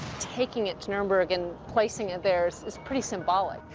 taking it to nuremberg and placing it there is is pretty symbolic.